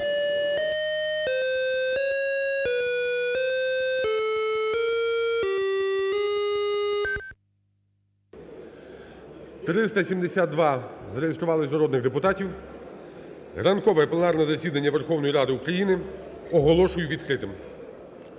372 зареєструвалося народних депутатів. Ранкове пленарне засідання Верховної Ради України оголошую відкритим.